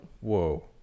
Whoa